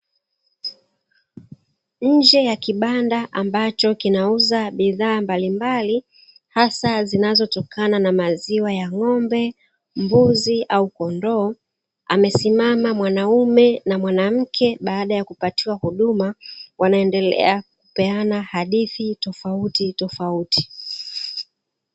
Nje ya kibanda ambacho kinauza bidhaa mbalimbali hasa zinazotokana na maziwa ya ng'ombe, mbuzi au kondoo, amesimama mwanaume na mwanamke baada ya kupatiwa huduma, wanaendelea na stori tofautitofauti.